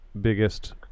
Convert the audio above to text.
Biggest